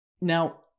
Now